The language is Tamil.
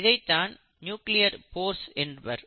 இதைதான் நியூக்ளியர் போர்ஸ் என்பர்